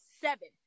seven